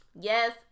Yes